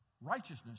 Righteousness